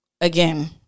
again